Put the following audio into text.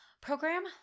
program